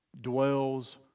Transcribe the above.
dwells